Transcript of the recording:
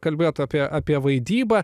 kalbėjot apie apie vaidybą